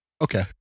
Okay